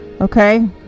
okay